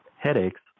headaches